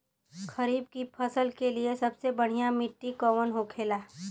खरीफ की फसल के लिए सबसे बढ़ियां मिट्टी कवन होखेला?